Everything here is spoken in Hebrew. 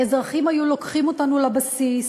אזרחים היו לוקחים אותנו לבסיס.